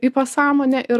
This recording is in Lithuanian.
į pasąmonę ir